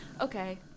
okay